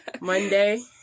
monday